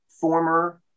former